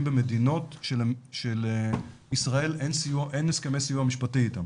במדינות שלישראל אין הסכמי סיוע משפטי איתם